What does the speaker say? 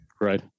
Right